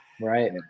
right